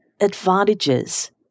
advantages